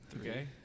Okay